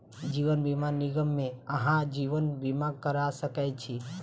जीवन बीमा निगम मे अहाँ जीवन बीमा करा सकै छी